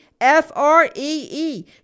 F-R-E-E